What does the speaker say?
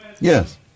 Yes